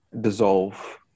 dissolve